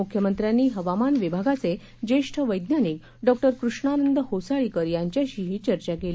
मुख्यमंत्र्यांनी हवामान विभागाचे ज्येष्ठ वक्तीनिक डॉ कृष्णानंद होसाळीकर यांच्याशीही चर्चा केली